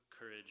courage